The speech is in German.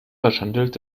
verschandelt